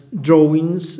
drawings